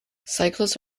cyclists